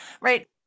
right